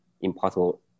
impossible